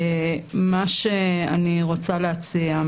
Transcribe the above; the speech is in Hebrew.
מה שאני רוצה להציע,